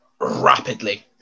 rapidly